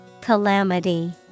Calamity